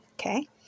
okay